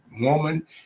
woman